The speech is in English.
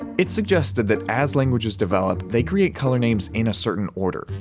it suggested that as languages develop, they create color names in a certain order.